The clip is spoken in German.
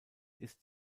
ist